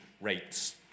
rates